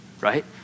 right